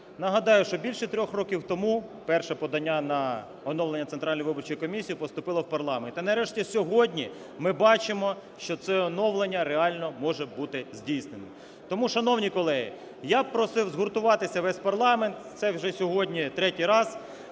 Нагадаю, що більше трьох років тому перше подання на оновлення Центральної виборчої комісії поступило в парламент, та, нарешті, сьогодні ми бачимо, що це оновлення реально може бути здійснено. Тому, шановні колеги, я б просив згуртуватися весь парламент, це вже сьогодні в третій раз,